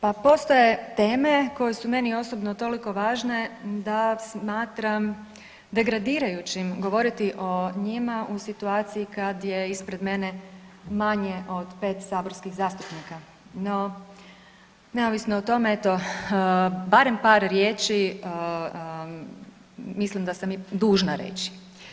Pa postoje teme koje su meni osobno toliko važne da smatram degradirajućim govoriti o njima u situaciji kad je ispred mene manje od 5 saborskih zastupnika no, neovisno o tome, eto, barem par riječi, mislim da sam i dužna reći.